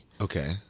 Okay